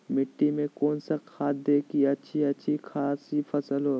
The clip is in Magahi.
मिट्टी में कौन सा खाद दे की अच्छी अच्छी खासी फसल हो?